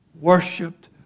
worshipped